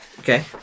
Okay